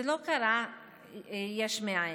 זה לא קרה יש מאין,